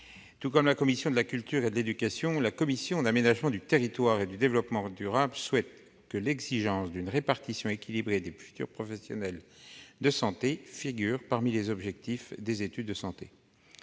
Lafon. Comme la commission de la culture, de l'éducation et de la communication, la commission de l'aménagement du territoire et du développement durable souhaite que l'exigence d'une répartition équilibrée des futurs professionnels de santé figure parmi les objectifs des études de santé.